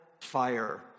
fire